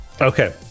okay